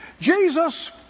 Jesus